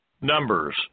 Numbers